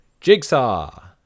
Jigsaw